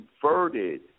converted